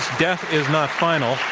death is not final.